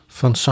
van